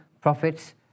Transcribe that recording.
profits